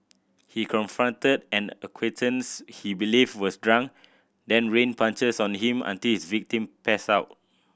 he confronted an acquaintance he believed was drunk then rained punches on him until his victim passed out